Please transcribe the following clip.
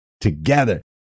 together